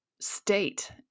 state